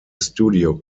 studio